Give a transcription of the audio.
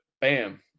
bam